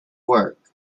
work